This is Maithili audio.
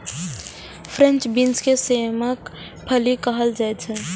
फ्रेंच बीन के सेमक फली कहल जाइ छै